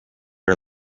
are